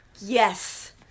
Yes